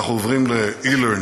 אנחנו עוברים ל-e-learning,